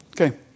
okay